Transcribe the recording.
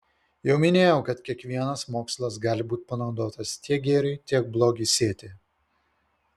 jau minėjau kad kiekvienas mokslas gali būti panaudotas tiek gėriui tiek blogiui sėti